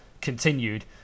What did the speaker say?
continued